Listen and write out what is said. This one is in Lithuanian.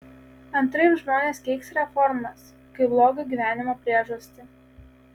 antraip žmonės keiks reformas kaip blogo gyvenimo priežastį